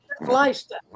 lifestyle